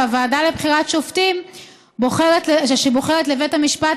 והוועדה לבחירת שופטים שבוחרת לבית המשפט